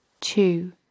Two